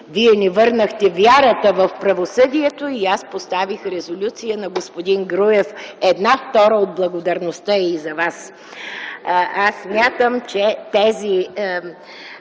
Вие ни върнахте вярата в правосъдието!”. Аз поставих резолюция на господин Груев – една втора от благодарността е и за вас. Смятам, че тези